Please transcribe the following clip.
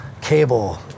cable